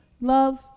love